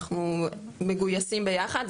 אנחנו מגויסים ביחד,